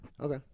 Okay